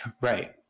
Right